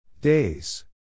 Days